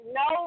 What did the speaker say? no